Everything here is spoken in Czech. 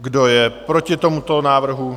Kdo je proti tomuto návrhu?